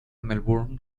melbourne